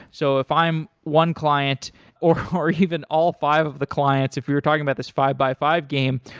so if i'm one client or or even all five of the clients, if we're talking about this five by five game,